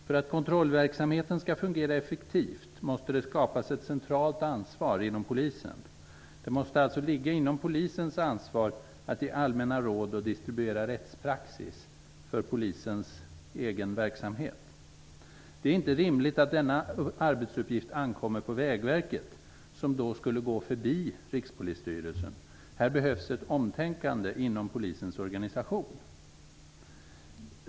För att kontrollverksamheten skall fungera effektivt måste det skapas ett centralt ansvar inom polisen. Det måste alltså ligga inom polisens ansvar att ge allmänna råd och distribuera rättspraxis för polisens egen verksamhet. Det är inte rimligt att denna arbetsuppgift ankommer på Vägverket, som då skulle gå förbi Rikspolisstyrelsen. Här behövs ett omtänkande inom polisens organisation.